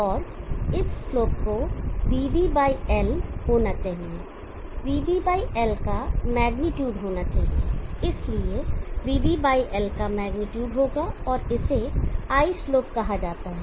और इस स्लोप को vB बाई L होना चाहिए vB बाई L का मेग्नीट्यूड होना चाहिए इसलिए vB बाई L का मेग्नीट्यूड होगा और इसे I स्लोप कहा जाता है